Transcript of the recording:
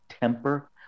temper